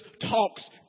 talks